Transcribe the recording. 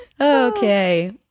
okay